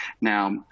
Now